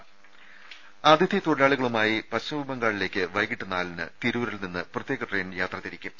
ദേദ അതിഥി തൊഴിലാളികളുമായി പശ്ചിമ ബംഗാളിലേക്ക് വൈകീട്ട് നാലിന് തിരൂരിൽ നിന്ന് പ്രത്യേക ട്രെയിൻ യാത്രതിരിക്കും